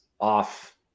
off